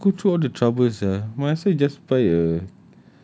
move in go through all the trouble sia might as well he just buy a